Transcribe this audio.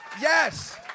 Yes